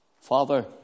Father